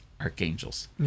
archangels